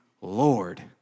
Lord